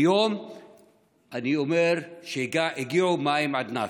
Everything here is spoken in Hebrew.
היום אני אומר שהגיעו מים עד נפש.